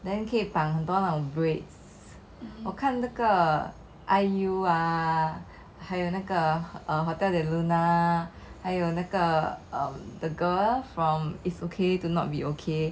then 可以绑很多那种 braids 我看这个 I_U ah 还有那个 hotel de luna 还有那个 um the girl from its okay to not be okay